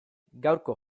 gaurko